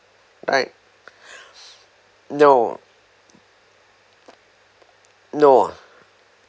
right no no